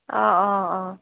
অ অ অ